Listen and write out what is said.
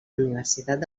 universitat